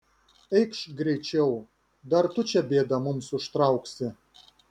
eikš greičiau dar tu čia bėdą mums užtrauksi